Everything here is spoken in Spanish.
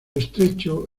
estrecho